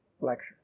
lecture